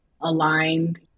aligned